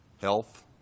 health